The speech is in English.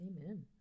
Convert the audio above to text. Amen